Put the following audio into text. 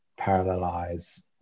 parallelize